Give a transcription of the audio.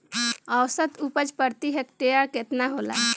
औसत उपज प्रति हेक्टेयर केतना होला?